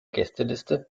gästeliste